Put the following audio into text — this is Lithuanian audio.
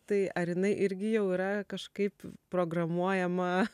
tai ar jinai irgi jau yra kažkaip programuojama